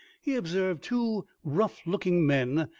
he observed two rough-looking men,